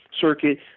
circuit